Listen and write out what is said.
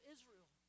Israel